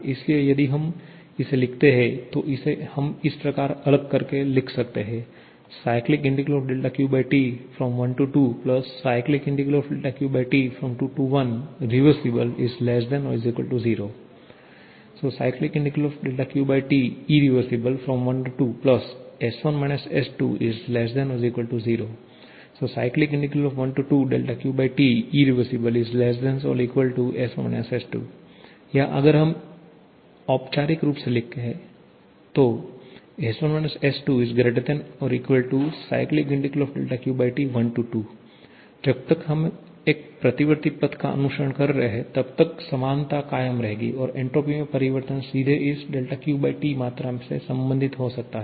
इसलिए यदि हम इसे लिखते हैं तो इसे हम इस प्रकार अलग करके लिख सकते है 12QT21QTrev0 12QTirr0 12QTirr या अगर हम औपचारिक रूप से लिखते हैं तो 12QT जब तक हम एक प्रतिवर्ती पथ का अनुसरण कर रहे हैं तब तक समानता कायम रहेगी और एन्ट्रापी में परिवर्तन सीधे इस QT' मात्रा से संबंधित हो सकता है